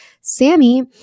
Sammy